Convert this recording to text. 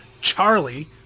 Charlie